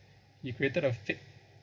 he created a fake